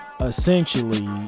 essentially